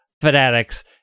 fanatics